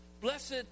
Blessed